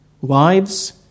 Wives